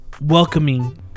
welcoming